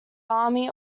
army